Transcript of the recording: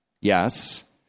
Yes